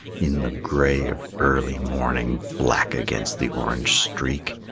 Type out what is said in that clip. in the gray of early morning, black against the orange streak,